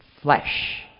flesh